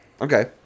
Okay